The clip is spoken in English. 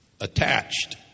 attached